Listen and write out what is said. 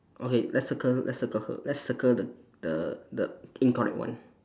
okay let's circle let's circle her let's circle the the the incorrect one